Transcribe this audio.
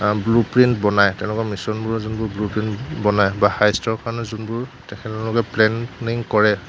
বা ব্লুপ্ৰিন্ট বনায় তেনেকুৱা মিছনবোৰ যোনবোৰৰ ব্লুপ্ৰিন্ট বনায় বা হাইষ্টৰ কাৰণে যোনবোৰ তেখেতলোকে প্লেনিং কৰে